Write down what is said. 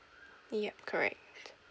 yup correct